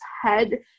head